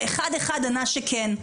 ואחד אחד ענה שכן.